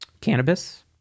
Cannabis